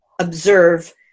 observe